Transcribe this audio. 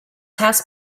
house